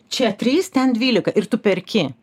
čia trys ten dvylika ir tu perki